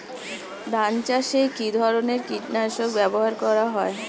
ধান চাষে কী ধরনের কীট নাশক ব্যাবহার করা হয়?